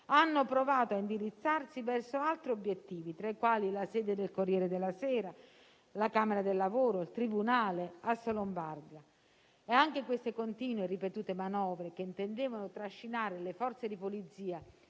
hanno provato a indirizzarsi verso altri obiettivi, tra i quali la sede del «Corriere della Sera», la camera del lavoro, il tribunale e Assolombarda. Anche queste continue e ripetute manovre, che intendevano trascinare le Forze di polizia